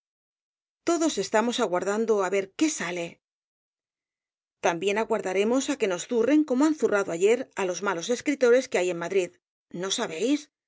todos estamos aguardando á ver qué sale también aguardaremos á que nos zurren como han zurrado ayer á los malos escritores que hay en madrid no sabéis